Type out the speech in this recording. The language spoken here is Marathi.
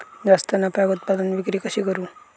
जास्त नफ्याक उत्पादन विक्री कशी करू?